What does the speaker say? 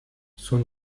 son